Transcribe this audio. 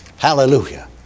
Hallelujah